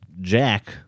Jack